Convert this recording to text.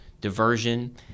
diversion